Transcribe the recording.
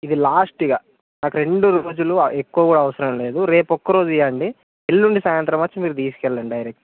ఇది లాస్ట్ ఇక నాకు రెండు రోజులు ఎక్కువ అవసరం లేదు రేపు ఒక్కరోజు ఇవ్వండి ఎల్లుండి సాయంత్రం వచ్చి మీరు తీసుకెళ్ళండి డైరెక్ట్